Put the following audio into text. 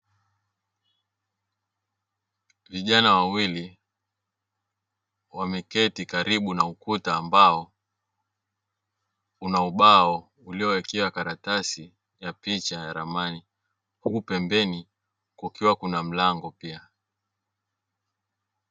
Vijana wawili wameketi karibu na ukuta ambao kuna ubao uliowekewa karatasi ya picha ya ramani, huku pembeni kukiwa kuna mlango pia.